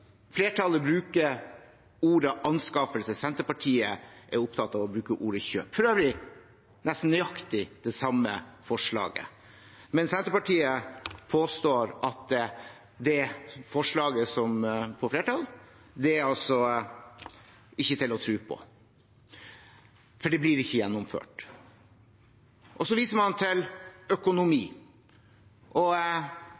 Flertallet bruker ordet «anskaffelse», Senterpartiet er opptatt av å bruke ordet «kjøp». For øvrig er det nesten nøyaktig det samme forslaget. Men Senterpartiet påstår at det forslaget som får flertall, ikke er til å tro på, for det blir ikke gjennomført. Så viser man til